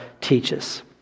teaches